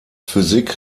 physik